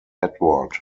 edward